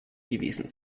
gewesen